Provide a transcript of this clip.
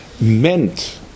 meant